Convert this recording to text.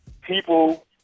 people